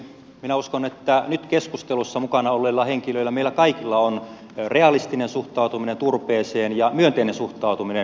minä uskon että nyt keskustelussa mukana olleilla henkilöillä meillä kaikilla on realistinen suhtautuminen turpeeseen ja myönteinen suhtautuminen turpeeseen